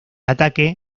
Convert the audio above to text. ataque